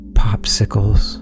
popsicles